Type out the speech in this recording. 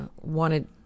wanted